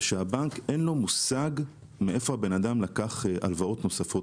הוא שלבנק אין מושג מאיפה אדם לקח הלוואות נוספות,